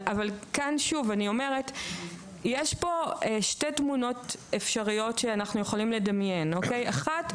אבל יש פה שתי תמונות אפשריות שאנחנו יכולים לדמיין: אחת,